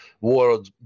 world